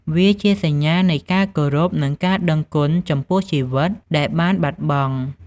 វាជាសញ្ញានៃការគោរព និងការដឹងគុណចំពោះជីវិតដែលបានបាត់បង់។